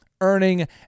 earning